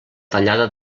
tallada